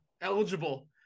eligible